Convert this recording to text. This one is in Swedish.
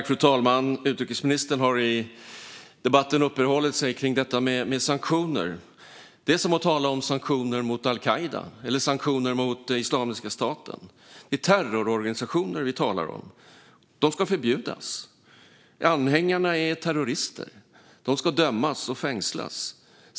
Fru talman! Utrikesministern har i debatten uppehållit sig kring detta med sanktioner. Det är som att tala om sanktioner mot al-Qaida eller sanktioner mot Islamiska staten. Det är terrororganisationer vi talar om. De ska förbjudas. Anhängarna är terrorister. De ska dömas och fängslas.